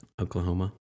Oklahoma